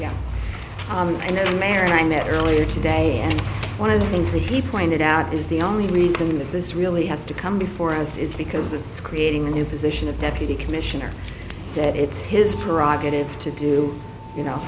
yeah i know mary i met earlier today and one of the things that he pointed out is the only reason that this really has to come before us is because it's creating a new position of deputy commissioner that it's his prerogative to do you know